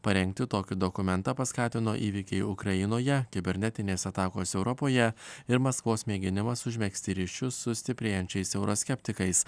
parengti tokį dokumentą paskatino įvykiai ukrainoje kibernetinės atakos europoje ir maskvos mėginimas užmegzti ryšius su stiprėjančiais euroskeptikais